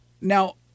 Now